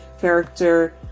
character